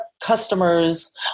customers